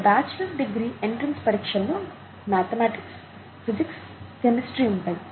ఇక్కడ bachelor degree entrance పరీక్షల్లో mathematics physics chemistry ఉంటాయి